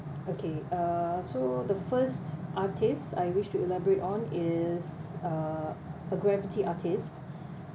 okay uh so the first artist I wish to elaborate on is uh a graffiti artist